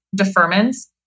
deferments